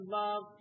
love